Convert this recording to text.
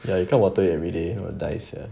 ya you can't water you everyday if not will die sia